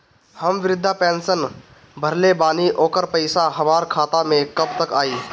हम विर्धा पैंसैन भरले बानी ओकर पईसा हमार खाता मे कब तक आई?